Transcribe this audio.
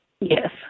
Yes